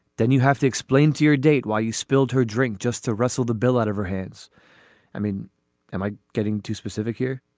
then you have to explain to your date why you spilled her drink just to rustle the bill out of her hands i mean am i getting too specific here.